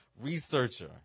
researcher